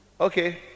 Okay